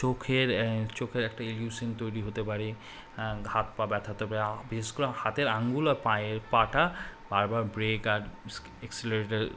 চোখের চোখের একটা ইলিউশন তৈরি হতে পারে হাত পা ব্যথা হতে পারে বিশেষ করে হাতের আঙ্গুল আর পায়ের পাটা বারবার ব্রেক আর এক্সিলারটার